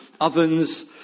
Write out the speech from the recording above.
Ovens